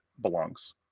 belongs